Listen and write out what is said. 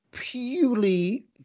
purely